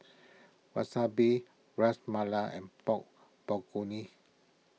Wasabi Ras Malai and Pork Bulgogi